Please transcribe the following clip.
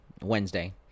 Wednesday